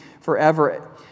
forever